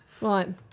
Right